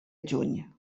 juny